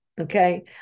Okay